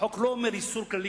החוק לא אומר איסור כללי,